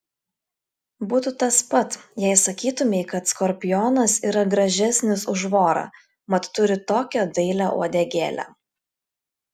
būtų tas pat jei sakytumei kad skorpionas yra gražesnis už vorą mat turi tokią dailią uodegėlę